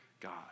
God